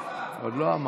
עוד לא אמרתי.